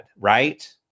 right